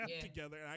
together